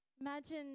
Imagine